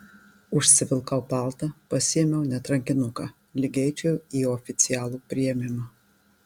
užsivilkau paltą pasiėmiau net rankinuką lyg eičiau į oficialų priėmimą